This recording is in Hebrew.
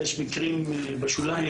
יש מקרים בשוליים,